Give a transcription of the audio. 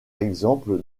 exemple